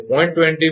25 2 𝐻𝑧 છે